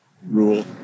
rule